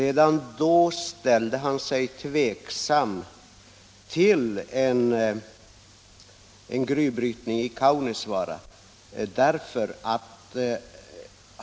Han ställde sig då tveksam till en gruvbrytning i Kaunisvaara.